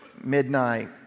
midnight